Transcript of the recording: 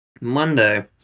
Monday